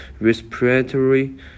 respiratory